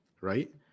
right